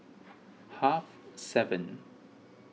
half seven